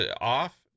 off